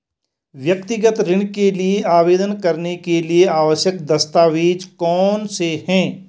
व्यक्तिगत ऋण के लिए आवेदन करने के लिए आवश्यक दस्तावेज़ कौनसे हैं?